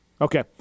okay